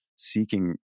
Seeking